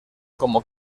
como